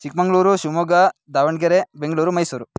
Chikmagalur Shimoga Davangere Bengaluru Mysuru